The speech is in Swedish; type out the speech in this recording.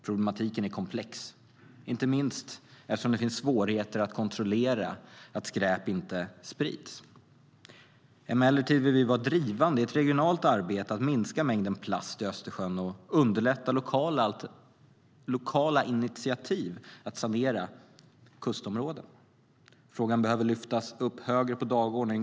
Problematiken är komplex, inte minst eftersom det finns svårigheter att kontrollera att skräp inte sprids. Emellertid vill vi vara drivande i ett regionalt arbete för att minska mängden plast i Östersjön och underlätta lokala initiativ att sanera kustområden. Frågan behöver lyftas upp högre på dagordningen.